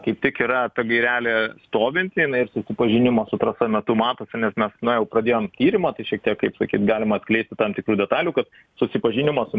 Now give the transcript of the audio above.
kaip tik yra ta gairelė stovinti jinai ir susipažinimo su trasa metu matosi nes mes na jau jau pradėjom tyrimą tai šiek tiek kaip sakyt galim atsleisti tam tikrų detalių kad susipažinimo su